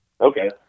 Okay